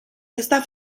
está